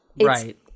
Right